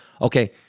Okay